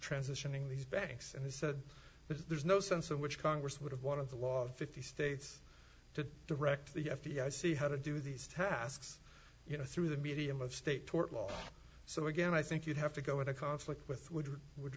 transitioning these banks and he said there's no sense in which congress would have one of the law fifty states to direct the f b i see how to do these tasks you know through the medium of state tort law so again i think you'd have to go in a conflict with wood which